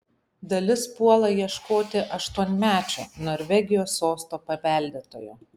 dalis puola ieškoti aštuonmečio norvegijos sosto paveldėtojo